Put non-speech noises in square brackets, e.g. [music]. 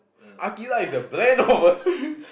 a [laughs]